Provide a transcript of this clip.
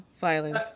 violence